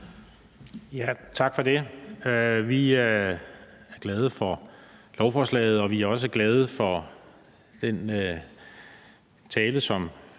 Tak for det. Vi er glade for lovforslaget, og vi er også glade for den tale, som